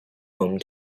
home